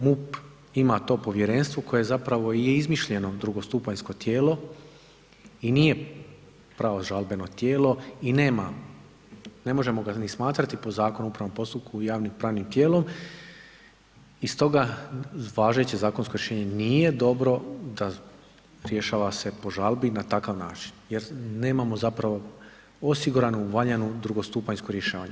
MUP ima to povjerenstvo koje je zapravo izmišljeno drugostupanjsko tijelo i nije pravo žalbeno tijelo i ne možemo ga ni smatrati po Zakonu o upravnom postupku javnim pravnim tijelom i stoga važeće zakonsko rješenje nije dobro da se rješava po žalbi na takav način jer nemamo zapravo osigurano valjano drugostupanjsko rješavanje.